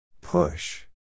Push